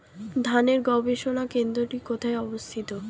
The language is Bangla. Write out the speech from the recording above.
ধানের গবষণা কেন্দ্রটি কোথায় অবস্থিত?